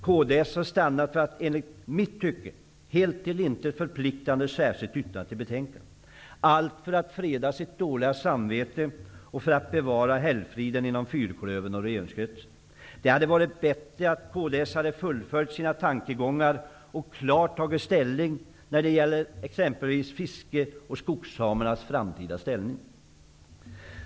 Kds har stannat för ett enligt mitt tycke helt till intet förpliktande särskilt yttrande till betänkandet, allt för att freda sitt dåliga samvete och för att bevara helgfriden inom fyrklövern och regeringskretsen. Det hade varit bättre om kds hade fullföljt sina tankegångar och klart tagit ställning när det gäller exempelvis fisket och skogssamernas framtida ställning.